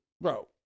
bro